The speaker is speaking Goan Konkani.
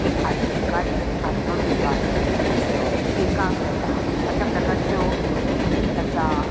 एक आत् चिकाटी एक आत्मविस्वास एक जिद्द एकाग्रता अश्या प्रकारच्यो गोष्टी तेंच्या